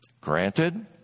Granted